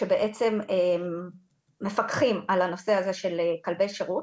שבעצם מפקחים על הנושא הזה של כלבי שירות,